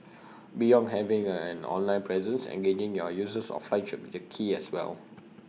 beyond having an online presence engaging your users offline should be the key as well